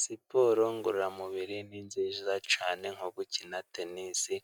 Siporo ngororamubiri ni nziza cyane nko gukina tenisi